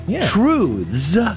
Truths